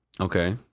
Okay